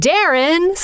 Darren